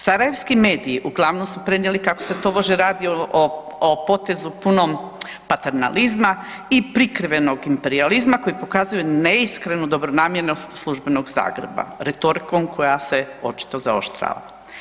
Sarajevski mediji uglavnom su prenijeli kako se tobože radi o potezu punom paternalizma i prikrivenog imperijalizma koji pokazuje neiskrenu dobronamjernost službenog Zagreba retorikom koja se očito zaoštrava.